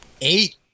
Eight